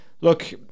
look